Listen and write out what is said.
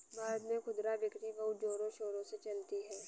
भारत में खुदरा बिक्री बहुत जोरों शोरों से चलती है